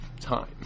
time